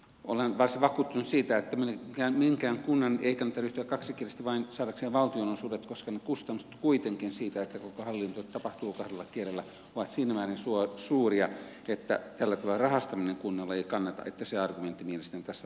olen varsin vakuuttunut siitä että minkään kunnan ei kannata ryhtyä kaksikieliseksi vain saadakseen valtionosuudet koska ne kustannukset kuitenkin siitä että koko hallinto tapahtuu kahdella kielellä ovat siinä määrin suuria että tällä tavalla rahastaminen kunnalle ei kannata joten se argumentti mielestäni tässä tapauksessa ei ole pätevä